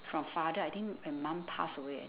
from father I think when mum passed away I